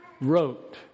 wrote